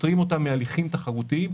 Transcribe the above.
פוטרים אותם מהליכים תחרותיים.